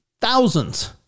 thousands